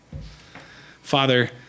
Father